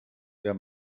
der